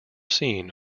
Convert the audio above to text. seen